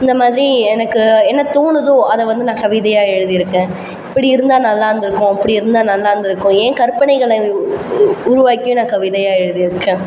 இந்தமாதிரி எனக்கு என்ன தோணுதோ அதை வந்து நான் கவிதையாக எழுதியிருக்கேன் இப்படி இருந்தால் நல்லாருந்துருக்கும் இப்படி இருந்தா நல்லாருந்துருக்கும் என் கற்பனைகளை உ உ உருவாக்கியும் நான் கவிதையாக எழுதியிருக்கேன்